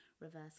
reverse